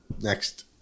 Next